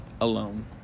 alone